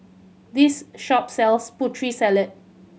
this shop sells Putri Salad